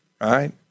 right